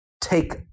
take